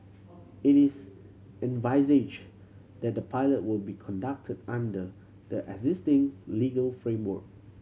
it is envisaged that the pilot will be conducted under the existing legal framework